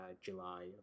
July